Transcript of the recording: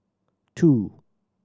two